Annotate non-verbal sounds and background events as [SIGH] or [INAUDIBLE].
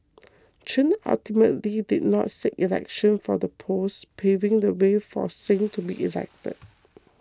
Chen ultimately did not seek election for the post paving the way for [NOISE] Singh to be elected